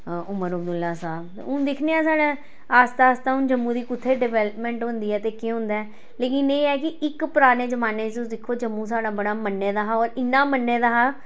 उमर अबदुल्ला साह्ब ते हून दिक्खने आं साढ़ै आस्ता आस्ता हून जम्मू दी कुत्थै डवैल्पमैंट होंदी ऐ ते केह् होंदा ऐ लेकिन एह् ऐ कि इक पराने जमाने च तुस दिक्खो जम्मू साढ़ा बड़ा मन्ने दा हा और इन्ना मन्ने दा हा